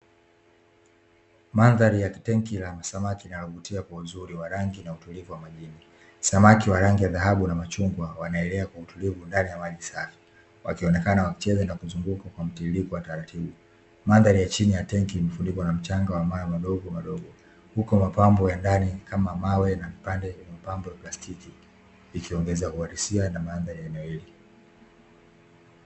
Mandhari ya tenki la samaki linalovutia kwa uzuri wa rangi na utulivu majini; samaki wa rangi ya dhahabu na machungwa wanaelea kwa utulivu ndani ya maji safi, wakionekana wakicheza na kuzunguka kwa mtiririko wa taratibu. Mandhari ya chini ya tenki imefunikwa na mchanga wa mawe madogomadogo, huku mapambo ya ndani kama mawe na vipande vya mapambo ya plastiki, ikiongeza uhalisia na mandhari ya eneo hilo.